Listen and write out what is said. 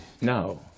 No